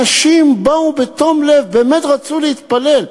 אנשים באו בתום לב, באמת רצו להתפלל.